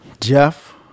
jeff